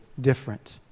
different